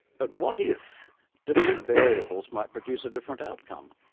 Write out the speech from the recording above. but what if different variables might produce a different outcome?